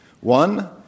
One